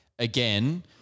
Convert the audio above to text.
Again